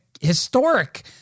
historic